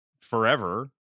forever